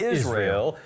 ISRAEL